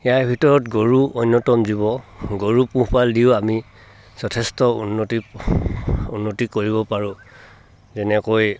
ইয়াৰ ভিতৰত গৰু অন্যতম জীৱ গৰুক পোহপাল দিওঁ আমি যথেষ্ট উন্নতি উন্নতি কৰিব পাৰোঁ যেনেকৈ